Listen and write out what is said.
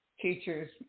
teachers